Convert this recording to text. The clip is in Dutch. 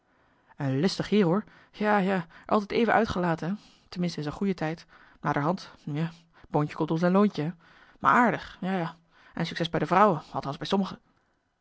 een lustig heer hoor ja ja altijd even uitgelaten hè ten minste in zijn goede tijd naderhand nu ja boontje komt om zijn loontje hè maar aardig ja ja en succes bij de vrouwen althans bij sommige